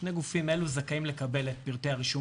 שני הגופים האלה זכאים לקבל את פרטי הרישום